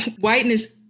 Whiteness